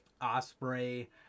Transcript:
Osprey